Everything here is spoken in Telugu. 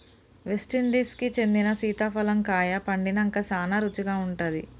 వెస్టిండీన్ కి చెందిన సీతాఫలం కాయ పండినంక సానా రుచిగా ఉంటాది